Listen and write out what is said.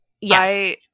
Yes